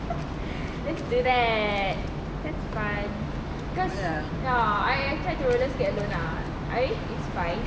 let's do that that's fun cause ya I tried to roller skate I baru nak I think is fine